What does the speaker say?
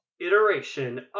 iteration